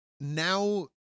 Now